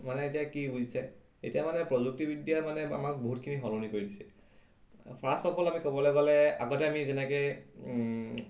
মানে এতিয়া কি বুজিছে এতিয়া মানে প্ৰযুক্তিবিদ্যাই মানে আমাক বহুতখিনি সলনি কৰি দিছে ফাৰ্ষ্ট অফ অল আমি ক'বলৈ গ'লে আগতে আমি যেনেকৈ